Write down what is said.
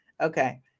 okay